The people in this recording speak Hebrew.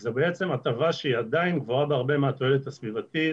זו בעצם הטבה שהיא עדיין גבוהה בהרבה מהתועלת הסביבתית